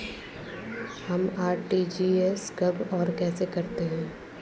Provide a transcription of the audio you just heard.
हम आर.टी.जी.एस कब और कैसे करते हैं?